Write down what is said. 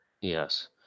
Yes